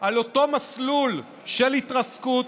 על אותו מסלול של התרסקות,